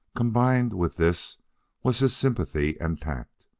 combined with this was his sympathy and tact,